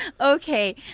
Okay